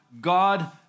God